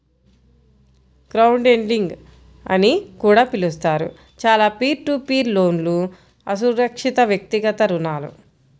crowdlending అని కూడా పిలుస్తారు, చాలా పీర్ టు పీర్ లోన్లుఅసురక్షితవ్యక్తిగత రుణాలు